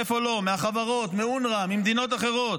מאיפה לא, מהחברות, מאונר"א, ממדינות אחרות,